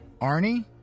Arnie